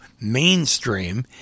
Mainstream